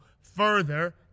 further